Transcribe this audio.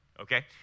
Okay